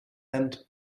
and